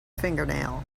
fingernail